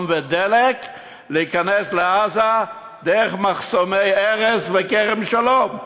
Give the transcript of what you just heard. ודלק להיכנס לעזה דרך מחסומי ארז וכרם-שלום,